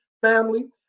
family